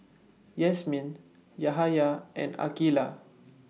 Yasmin Yahaya and Aqilah